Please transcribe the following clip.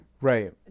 Right